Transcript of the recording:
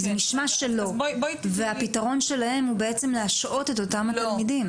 כי זה נשמע שלא והפתרון שלהם הוא בעצם להשעות את אותם התלמידים.